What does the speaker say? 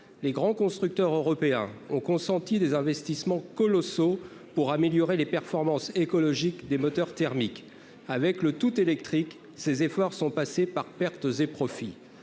les grands constructeurs européens ont consenti des investissements colossaux pour améliorer les performances écologiques des moteurs thermiques avec le tout électrique, ces efforts sont passés par pertes et profits,